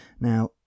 Now